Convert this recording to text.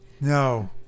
No